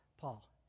Paul